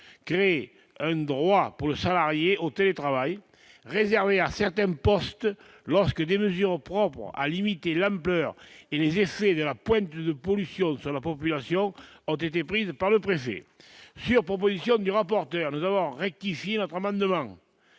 crée un droit pour le salarié au télétravail réservé à certains postes, lorsque des mesures propres à limiter labeur et les essais de la pointe du de pollution sur la population, ont été prises par le préciser, sur proposition du rapporteur nous avons rectifié autrement devant